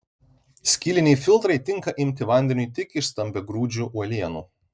skyliniai filtrai tinka imti vandeniui tik iš stambiagrūdžių uolienų